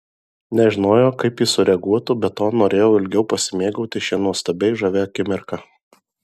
nežinojo kaip jis sureaguotų be to norėjau ilgiau pasimėgauti šia nuostabiai žavia akimirka